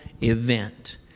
event